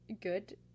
good